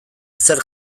zerk